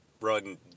run